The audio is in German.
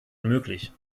unmöglich